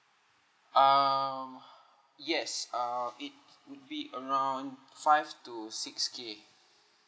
um yes uh it would be around five to six k